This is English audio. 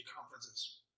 conferences